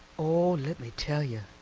oh, let me tell you,